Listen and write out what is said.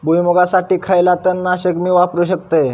भुईमुगासाठी खयला तण नाशक मी वापरू शकतय?